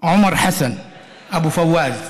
עומר חסאן אבו פוואז.